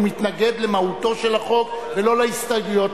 מתנגד למהותו של החוק ולא להסתייגויות.